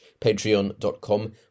patreon.com